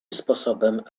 sposobem